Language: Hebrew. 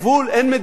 אין מדינה?